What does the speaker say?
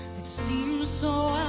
that seems so